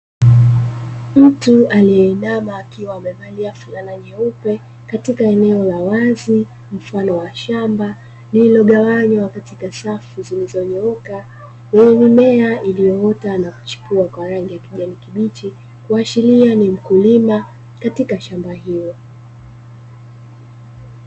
Mtu aliyeinama akiwa amevalia fulana nyeupe katika eneo la wazi mfano wa shamba, lililogawanywa katika safu zilizonyooka yenye mimea iliyoota na kuchipua kwa rangi ya kijani kibichi kuashiria ni mkulima katika shamba hilo.